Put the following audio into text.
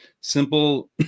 simple